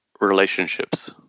relationships